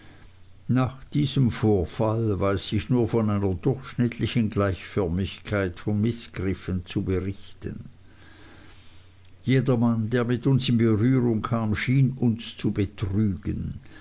nach diesem vorfall weiß ich nur von einer durchschnittlichen gleichförmigkeit von mißgriffen zu berichten jedermann der mit uns in berührung kam schien uns zu betrügen